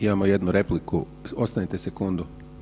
Imamo jednu repliku, ostanite sekundu.